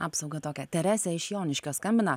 apsaugą tokią teresė iš joniškio skambina